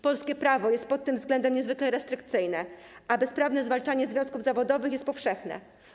Polskie prawo jest pod tym względem niezwykle restrykcyjne, a bezprawne zwalczanie związków zawodowych jest powszechne.